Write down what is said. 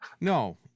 no